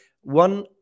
one